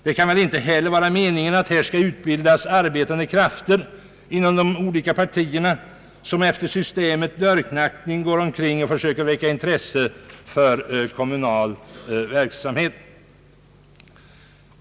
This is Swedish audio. Det kan väl inte heller vara meningen att inom de olika partierna skall utbildas arbetande krafter, som efter systemet dörrknackning skall gå omkring och försöka väcka intresse för kommunal verksamhet.